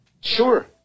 Sure